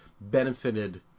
benefited